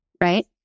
Right